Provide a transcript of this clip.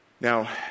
Now